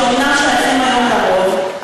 שאומנם שייכים היום לרוב,